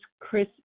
Chris